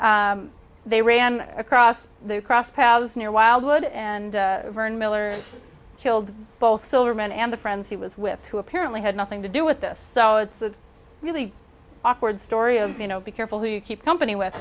they ran across the cross paths near wildwood and vern miller killed both silverman and the friends he was with who apparently had nothing to do with this so it's a really awkward story of you know be careful who you keep company